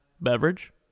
beverage